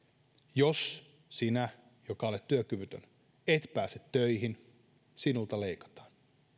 jos sinä joka olet työkyvytön et pääse töihin sinulta leikataan